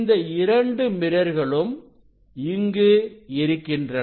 இந்த இரண்டு மிரர்களும் இங்கு இருக்கின்றன